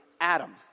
Adam